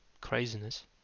craziness